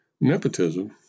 Nepotism